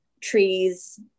trees